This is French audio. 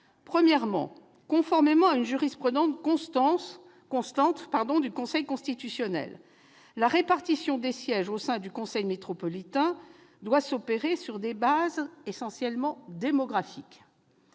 part, conformément à une jurisprudence constante du Conseil constitutionnel, la répartition des sièges au sein du conseil métropolitain doit s'opérer « sur des bases essentiellement démographiques